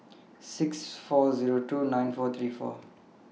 six four two nine four three four